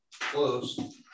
close